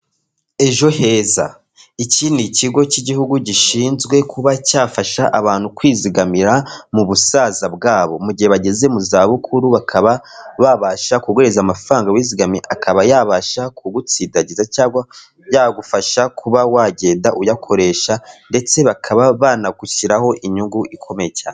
Ejo heza, iki ni kigo cy'igihugu gishinzwe kuba cyafasha abantu kwizigamira mu busaza bwabo, mu gihe bageze mu zabukuru bakaba babasha ku guhereza amafaranga wizigamye, akaba yabasha ku gusindadagiza cyangwa yagufasha kuba wagenda uyakoresha ndetse bakaba banagushyiriraho inyungu ikomeye cyane.